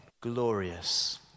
glorious